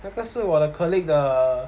那个可是我的 colleague 的